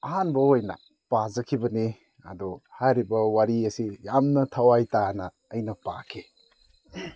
ꯑꯍꯥꯟꯕ ꯑꯣꯏꯅ ꯄꯥꯖꯈꯤꯕꯅꯤ ꯑꯗꯣ ꯍꯥꯏꯔꯤꯕ ꯋꯥꯔꯤ ꯑꯁꯤ ꯌꯥꯝꯅ ꯊꯋꯥꯏ ꯇꯥꯅ ꯑꯩꯅ ꯄꯥꯈꯤ